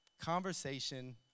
Conversation